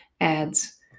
adds